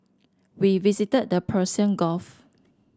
we visited the Persian Gulf